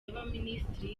y’abaminisitiri